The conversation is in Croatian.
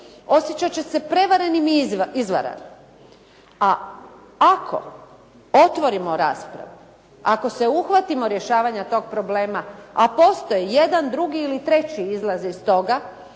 osjećati će se prevarenim i izvaranim, a ako otvorimo raspravu, ako se uhvatimo rješavanja tog problema, a postoji jedan, drugi ili treći izlaz iz toga,